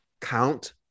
count